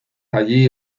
allí